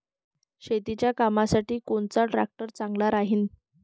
शेतीच्या कामासाठी कोनचा ट्रॅक्टर चांगला राहीन?